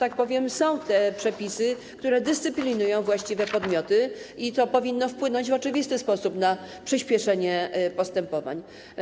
A więc, są tu przepisy, które dyscyplinują właściwe podmioty i to powinno wpłynąć w oczywisty sposób na przyspieszenie postępowań.